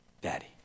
daddy